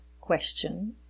question